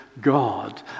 God